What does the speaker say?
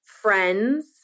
friends